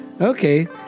Okay